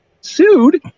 Sued